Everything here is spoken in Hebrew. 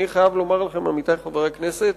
אני חייב לומר לכם, עמיתי חברי הכנסת,